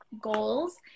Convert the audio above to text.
goals